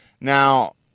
Now